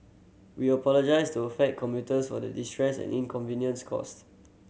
we apologise to affected commuters for the distress and inconvenience caused